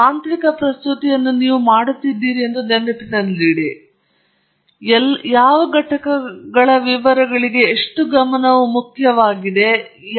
ನೀವು ತಾಂತ್ರಿಕ ಪ್ರಸ್ತುತಿಯನ್ನು ಮಾಡುತ್ತಿದ್ದೀರಿ ಎಂಬುದನ್ನು ನೆನಪಿನಲ್ಲಿಡಿ ಘಟಕಗಳಂತಹ ವಿವರಗಳಿಗೆ ಎಷ್ಟು ಗಮನವು ಮುಖ್ಯವಾದುದು ಅದು ಯಾವುದನ್ನಾದರೂ ತಿಳಿಸುತ್ತದೆ